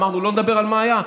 אמרנו, לא נדבר על מה שהיה.